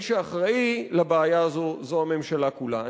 מי שאחראי לבעיה הזאת זו הממשלה כולה.